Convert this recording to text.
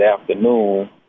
afternoon